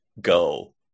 go